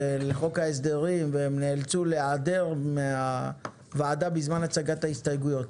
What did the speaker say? חוק ההסדרים כאשר הם נאלצו להיעדר מן הוועדה בזמן הצגת ההסתייגויות.